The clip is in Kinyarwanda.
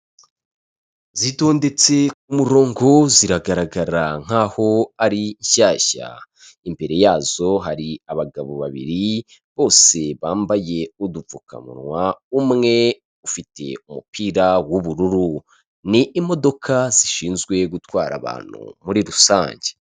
Zitondetse ku murongo, ziragaragara nkaho ari nshyashya. Imbere yazo hari abagabo babiri, bose bambaye udupfukamunwa, umwe ufite umupira w'ubururu. Ni imodoka zishinzwe gutwara abantu muri rusange.